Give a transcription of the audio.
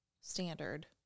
standard